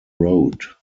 road